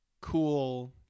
cool